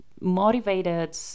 motivated